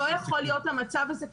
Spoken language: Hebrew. לא יכול להיות המצב הזה.